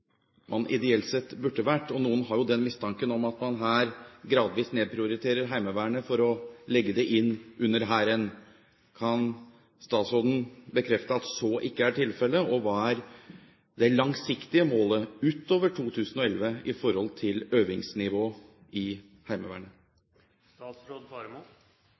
man ideelt sett burde ha vært på. Noen har den mistanke at man gradvis nedprioriterer Heimevernet for å legge det inn under Hæren. Kan statsråden bekrefte at så ikke er tilfelle? Og hva er det langsiktige målet, utover 2011, i forhold til øvingsnivået i Heimevernet?